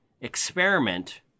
experiment